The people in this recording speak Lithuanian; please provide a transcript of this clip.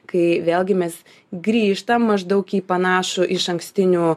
kai vėlgi mes grįžtam maždaug į panašų išankstinių